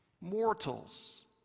mortals